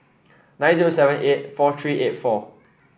nine zero seven eight four three eight four